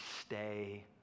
stay